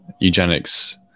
eugenics